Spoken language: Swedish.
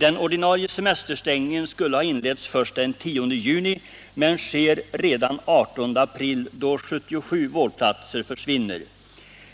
Den ordinarie semesterstängningen skulle ha inletts först den 10 juni men sker redan den 18 april, då 77 vårdplatser försvinner.